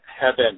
heaven